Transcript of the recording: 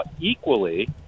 equally